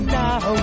now